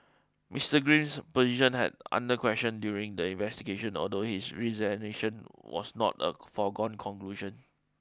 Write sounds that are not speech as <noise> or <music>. Mister Green's position had under question during the investigation although his resignation was not a <noise> foregone conclusion